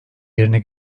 yerine